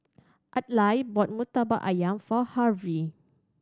Adlai bought Murtabak Ayam for Harvey